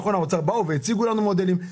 נכון שהאוצר בא והציג לנו מודלים,